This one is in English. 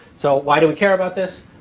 so why do we care about this?